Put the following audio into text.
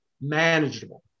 manageable